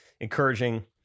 encouraging